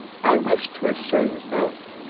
i wish to assure you both,